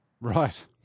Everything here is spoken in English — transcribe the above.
Right